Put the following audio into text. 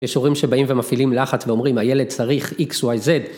יש הורים שבאים ומפעילים לחץ ואומרים, הילד צריך איקס וואי זד.